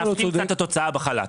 מעוותים קצת את התוצאה בחל"ת.